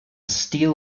steel